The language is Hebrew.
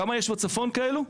כמה יש בצפון כאלו?